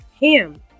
ham